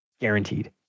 Guaranteed